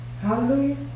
Hallelujah